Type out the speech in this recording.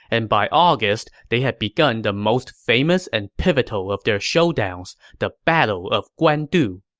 and by august, they had begun the most famous and pivotal of their showdowns, the battle of guandu.